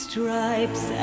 stripes